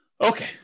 Okay